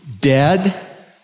Dead